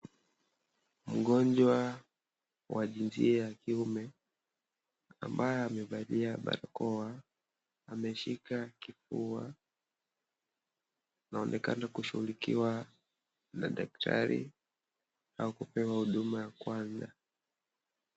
Mgonjwa wa jinsia ya kiume ambaye amevalia barakoa ameshika kifua anaonekana kushughulikuwa na daktari au kupewa huduma ya kwanza.